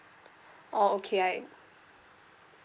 oh okay I